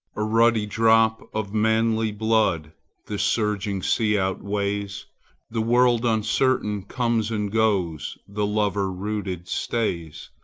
a ruddy drop of manly blood the surging sea outweighs the world uncertain comes and goes, the lover rooted stays.